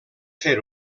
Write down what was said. fer